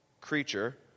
creature